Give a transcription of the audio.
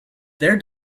their